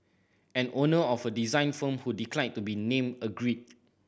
an owner of a design firm who declined to be named agreed